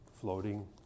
floating